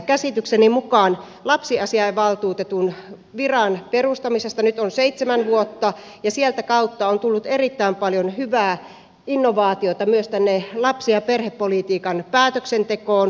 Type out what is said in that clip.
käsitykseni mukaan lapsiasiavaltuutetun viran perustamisesta nyt on seitsemän vuotta ja sieltä kautta on tullut erittäin paljon hyvää innovaatiota myös tänne lapsi ja perhepolitiikan päätöksentekoon